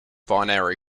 binary